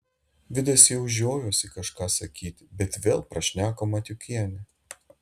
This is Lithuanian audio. vidas jau žiojosi kažką sakyti bet vėl prašneko matiukienė